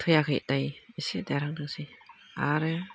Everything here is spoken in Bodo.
थैयाखै दायो इसे देरहांदोंसो आरो